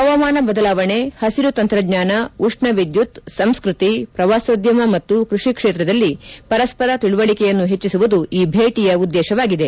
ಹವಾಮಾನ ಬದಲಾವಣೆ ಹಸಿರು ತಂತ್ರಜ್ಞಾನ ಉಷ್ಣ ವಿದ್ಯುತ್ ಸಂಸ್ಕೃತಿ ಪ್ರವಾಸೋದ್ಯಮ ಮತ್ತು ಕೃಷಿ ಕ್ಷೇತ್ರದಲ್ಲಿ ಪರಸ್ವರ ತಿಳಿವಳಿಕೆಯನ್ನು ಹೆಚ್ಚಿಸುವುದು ಈ ಭೇಟಿಯ ಉದ್ದೇಶವಾಗಿದೆ